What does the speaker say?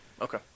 Okay